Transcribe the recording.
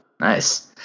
nice